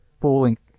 full-length